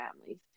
families